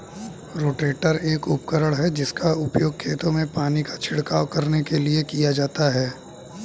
rotator एक उपकरण है जिसका उपयोग खेतों में पानी का छिड़काव करने के लिए किया जाता है